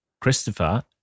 Christopher